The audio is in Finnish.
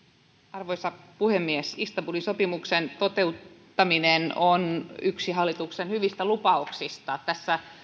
arvoisa puhemies istanbulin sopimuksen toteuttaminen on yksi hallituksen hyvistä lupauksista tässä